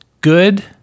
good